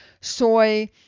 soy